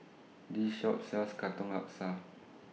This Shop sells Katong Laksa